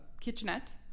kitchenette